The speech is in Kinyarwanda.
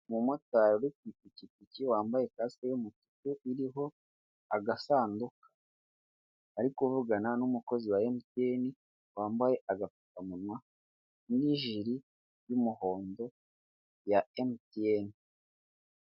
Umumotari uri ku ipikipiki wambaye kasike y'umutuku iriho agasanduka, ari kuvugana n'umukozi wa MTN wambaye agapfukamunwa n'ijiri y'umuhondo ya MTN.